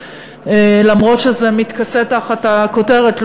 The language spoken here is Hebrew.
אף שזה מתכסה תחת הכותרת,